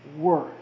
worth